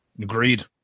Agreed